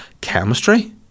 chemistry